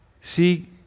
See